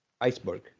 iceberg